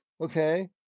okay